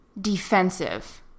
defensive